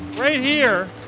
right here